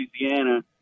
Louisiana